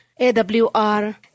AWR